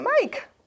Mike